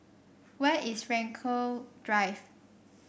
where is Frankel Drive